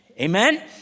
Amen